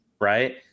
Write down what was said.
right